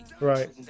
Right